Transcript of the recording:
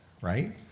right